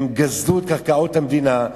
הם גזלו את קרקעות המדינה,